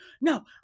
No